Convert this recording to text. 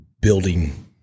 building